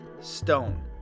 Stone